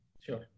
Sure